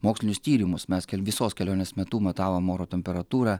mokslinius tyrimus mes visos kelionės metu matavom oro temperatūrą